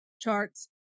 charts